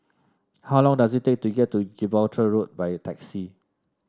how long does it take to get to Gibraltar Road by taxi